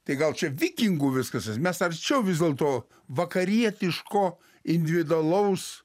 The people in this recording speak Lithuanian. tai gal čia vikingų viskas nes mes arčiau vis dėlto vakarietiško individualaus